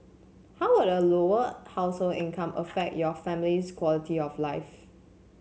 how would a Lower Household income affect your family's quality of life